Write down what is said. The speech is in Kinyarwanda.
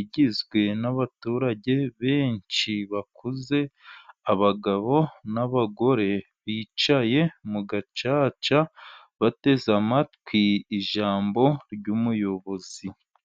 igizwe n'abaturage benshi bakuze, abagabo n'abagore, bicaye mu gacaca bateze amatwi ijambo ry'umuyobozi.